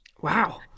Wow